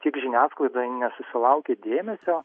tiek žiniasklaidoje nesusilaukė dėmesio